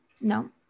no